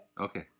Okay